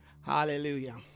Hallelujah